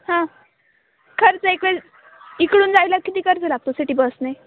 हां खर्च इकडे इकडून जायला किती खर्च लागतो सिटी बसने